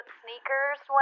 sneakers